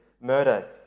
murder